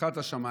פתחה את השמיים.